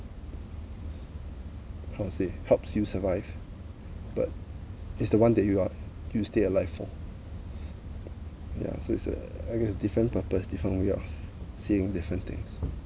how to say helps you survive but it's the one that you are you stay alive for ya so it's a I guess different purpose different way of seeing different things